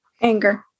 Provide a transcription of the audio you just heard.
Anger